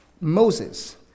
Moses